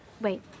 Wait